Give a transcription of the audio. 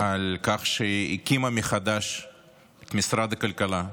על כך שהיא הקימה מחדש את משרד הכלכלה,